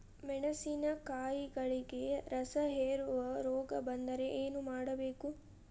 ಮೆಣಸಿನಕಾಯಿಗಳಿಗೆ ರಸಹೇರುವ ರೋಗ ಬಂದರೆ ಏನು ಮಾಡಬೇಕು?